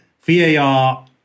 VAR